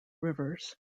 rivers